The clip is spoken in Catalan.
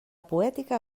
poètica